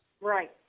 Right